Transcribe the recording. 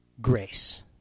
grace